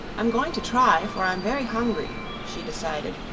i'm going to try, for i'm very hungry, she decided,